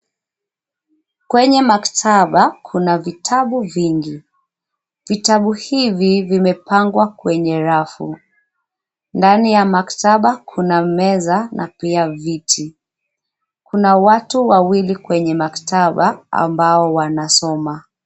Kwenye maktaba, kuna vitabu vingi. Vitabu hivi vimepangwa kwenye rafu. Ndani ya maktaba kuna meza na pia viti. Kuna watu wawili kwenye maktaba ambao wanasoma.